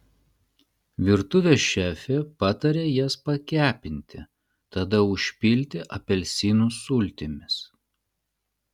virtuvės šefė pataria jas pakepinti tada užpilti apelsinų sultimis